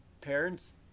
parents